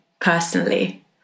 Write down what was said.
personally